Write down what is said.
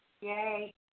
Yay